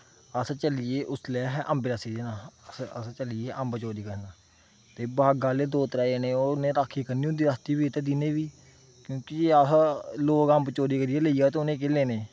अस चली गे उसलै अस अहें अम्बें दा सीजन हा ते अस अस चली गे अम्ब चोरी करन ते बागै आह्ले दो त्रै जने ओह् उ'नें राक्खी करनी होंदी रातीं बी ते दिनें बी क्योंकि अह लोग अम्ब चोरी करियै लेई आए ते उ'नें केह् लेने